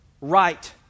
right